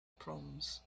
proms